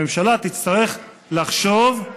הממשלה תצטרך לחשוב,